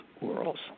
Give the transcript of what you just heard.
worlds